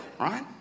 right